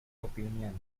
opinion